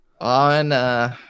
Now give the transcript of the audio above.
On